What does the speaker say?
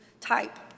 type